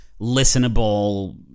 listenable